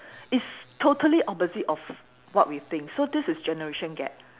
it's totally opposite of what we think so this is generation gap